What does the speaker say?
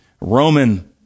Roman